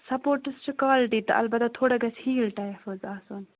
sports چھِ quality تہٕ البتہ تھوڑا گژھِ ہیٖل ٹایِپ حظ آسُن